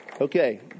Okay